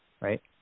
right